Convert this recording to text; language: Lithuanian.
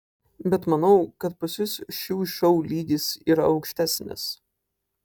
bet manau kad pas jus šių šou lygis yra aukštesnis